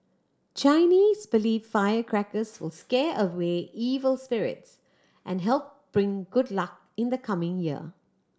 Chinese believe firecrackers will scare away evil spirits and help bring good luck in the coming year